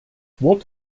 wort